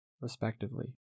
respectively